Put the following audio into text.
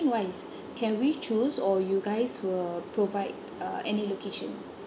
wise can we choose or you guys will provide uh any location